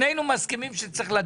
שנינו מסכימים שצריך לדון.